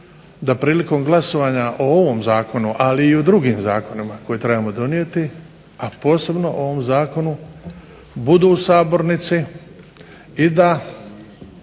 da prilikom glasovanja o ovom zakonu, a i drugim zakonima koje trebamo donijeti, a posebno o ovom Zakonu budu u sabornici i da